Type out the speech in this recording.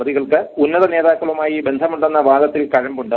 പ്രതികൾക്ക് ഉന്നത നേതാക്കളുമായി ബന്ധമുണ്ടെന്ന വാദത്തിൽ കഴമ്പുണ്ട്